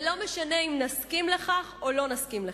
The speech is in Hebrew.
לא משנה אם נסכים לכך או לא נסכים לכך".